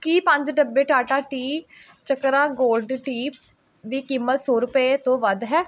ਕੀ ਪੰਜ ਡੱਬੇ Tata Tea Chakra Gold tea ਦੀ ਕੀਮਤ ਸੌ ਰੁਪਏ ਤੋਂ ਵੱਧ ਹੈ